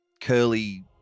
Curly